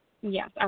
Yes